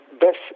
best